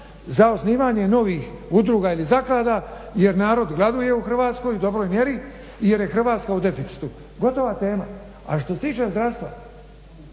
za osnivanje novih udruga ili zaklada jer narod gladuje u Hrvatskoj u dobroj mjeri jer je Hrvatska u deficitu. Gotova tema. A što se tiče zdravstva,